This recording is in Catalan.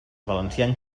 valencians